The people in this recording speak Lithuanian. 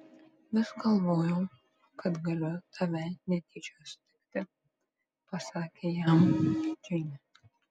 vis galvojau kad galiu tave netyčia sutikti pasakė jam džeinė